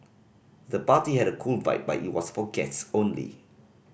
the party had a cool vibe but it was for guests only